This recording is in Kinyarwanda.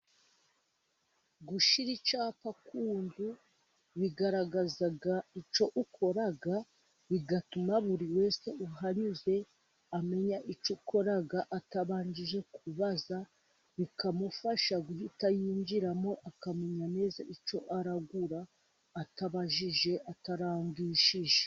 Gushyira icyapa ku nzu bigaragaza icyo ukora, bigatuma buri wese uhanyuze amenya icyo ukora atabanje kubaza, bikamufasha guhita yinjiramo akamenya neza icyo ari bugure atabajije, atarangishije.